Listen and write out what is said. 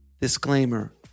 Disclaimer